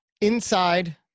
inside